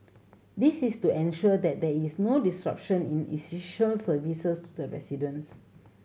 this is to ensure that there is no disruption in essential services to residents